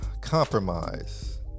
compromise